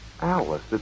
Alice